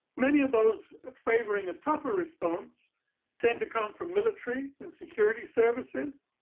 many of those favoring a tougher response tend to come from military and security services.